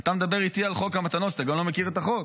אתה מדבר איתי על חוק המתנות כשאתה לא מכיר את החוק.